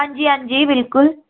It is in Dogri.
हंजी हंजी बिल्कुल